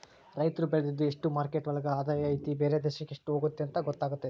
ರೈತ್ರು ಬೆಳ್ದಿದ್ದು ಎಷ್ಟು ಮಾರ್ಕೆಟ್ ಒಳಗ ಆದಾಯ ಐತಿ ಬೇರೆ ದೇಶಕ್ ಎಷ್ಟ್ ಹೋಗುತ್ತೆ ಗೊತ್ತಾತತೆ